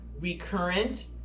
recurrent